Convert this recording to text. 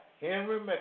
Henry